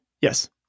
Yes